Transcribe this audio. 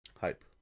Hype